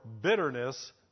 bitterness